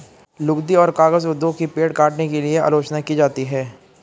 लुगदी और कागज उद्योग की पेड़ काटने के लिए आलोचना की जाती है